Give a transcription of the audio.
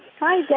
hi dad!